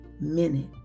minute